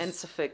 אין ספק.